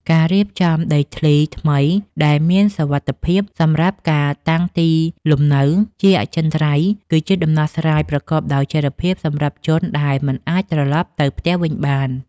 ការរៀបចំដីធ្លីថ្មីដែលមានសុវត្ថិភាពសម្រាប់ការតាំងទីលំនៅជាអចិន្ត្រៃយ៍ គឺជាដំណោះស្រាយប្រកបដោយចីរភាពសម្រាប់ជនដែលមិនអាចត្រឡប់ទៅផ្ទះវិញបាន។